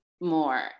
more